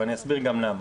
ואני אסביר למה.